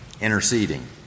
interceding